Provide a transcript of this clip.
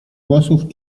włosów